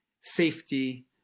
safety